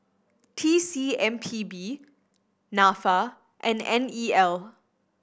T C M P B Nafa and N E L